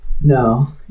No